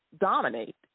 dominate